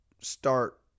start